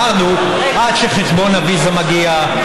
אמרנו: עד שחשבון הוויזה מגיע,